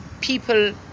people